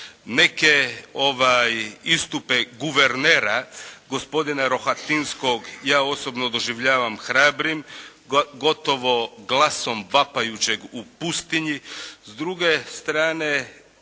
Neke istupe guvernera gospodina Rohatinskog ja osobno doživljavam hrabrim, gotovo glasom vapajućeg u pustinji. S druge strane